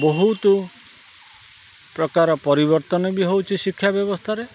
ବହୁତ ପ୍ରକାର ପରିବର୍ତ୍ତନ ବି ହଉଛି ଶିକ୍ଷା ବ୍ୟବସ୍ଥାରେ